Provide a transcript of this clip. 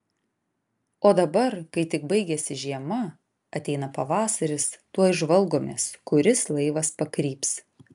o dabar kai tik baigiasi žiema ateina pavasaris tuoj žvalgomės kuris laivas pakryps